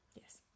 Yes